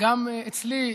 גם אצלי,